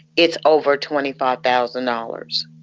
it's over twenty five thousand dollars